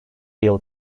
yıl